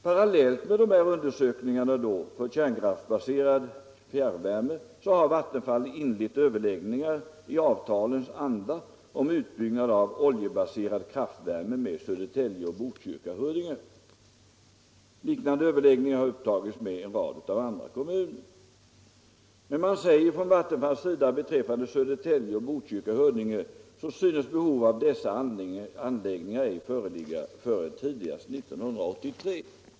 Parallellt med de här undersökningarna om kärnkraftsbaserad fjärrvärme har Vattenfall inlett överläggningar i avtalens anda om utbyggnad av oljebaserad kraftvärme med Södertälje, Botkyrka och Huddinge. Liknande överläggningar har också upptagits med en rad andra kommuner. Men Vattenfall säger att beträffande Södertälje, Botkyrka och Huddinge synes behov av dessa anläggningar ej föreligga förrän tidigast 1983.